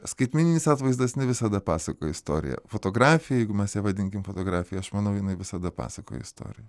skaitmeninis atvaizdas ne visada pasakoja istoriją fotografija jeigu mes ją vadinkim fotografija aš manau jinai visada pasakoja istoriją